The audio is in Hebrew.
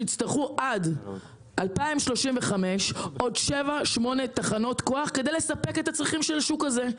שיצטרכו עד 2035 עוד 708 תחנות כוח כדי לספק את הצרכים של השוק הזה.